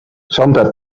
santa